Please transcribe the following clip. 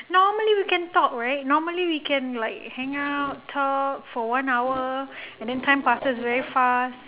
normally we can talk right normally we can like hang out talk for one hour and then time passes very fast